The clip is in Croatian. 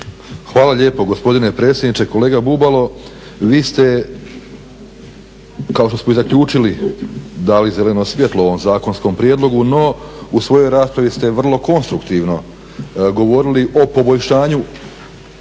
Hvala lijepo gospodine predsjedniče. Kolega Bubalo vi ste, kao što smo i zaključili, dali zeleno svjetlo ovom zakonskom prijedlogu no u svojoj raspravi ste vrlo konstruktivno govorili o poboljšanju